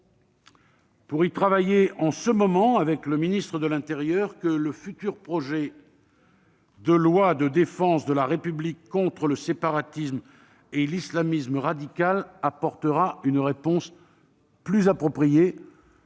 pour y travailler en ce moment avec le ministre de l'intérieur, que le futur projet de loi de défense de la République contre le séparatisme et l'islamisme radical apportera une réponse plus appropriée,